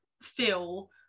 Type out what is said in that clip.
feel